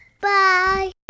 Bye